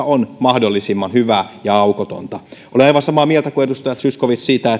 on mahdollisimman hyvää ja aukotonta olen aivan samaa mieltä kuin edustaja zyskowicz siitä